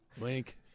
link